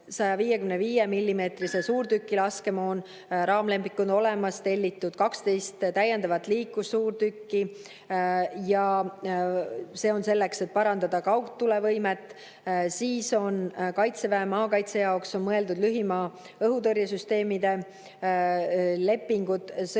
suurtüki laskemoon, raamleping on olemas, tellitud on 12 täiendavat liikursuurtükki – see on selleks, et parandada kaugtulevõimet –, siis on Kaitseväe maakaitse jaoks mõeldud lühimaa õhutõrje süsteemide lepingud sõlmitud,